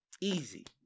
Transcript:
Easy